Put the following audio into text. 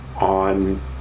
on